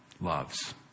loves